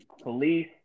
Police